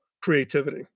creativity